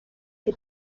que